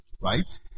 right